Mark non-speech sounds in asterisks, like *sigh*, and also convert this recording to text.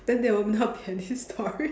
then there will not be any story *laughs*